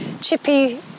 chippy